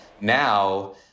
now